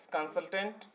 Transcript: Consultant